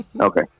Okay